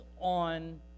on